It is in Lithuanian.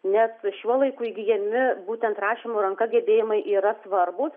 nes šiuo laiku įgyjami būtent rašymo ranka gebėjimai yra svarbūs